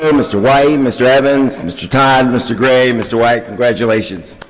um mr. white, and mr. evans, mr. todd, mr. gray, mr. white, congratulations.